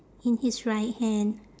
in his right hand